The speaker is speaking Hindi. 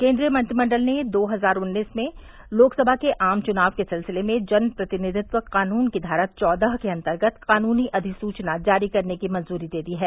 केन्द्रीय मंत्रिमंडल ने दो हजार उन्नीस में लोकसभा के आम चुनाव के सिलसिले में जन प्रतिनिधित्व कानून की धारा चौदह के अंतर्गत कानूनी अधिसूचना जारी करने की मंजूरी दे दी है